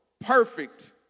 perfect